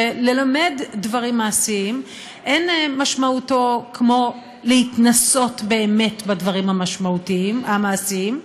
ללמד דברים מעשיים אין משמעותו כמו להתנסות באמת בדברים המעשיים,